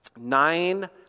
Nine